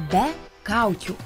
be kaukių